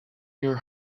your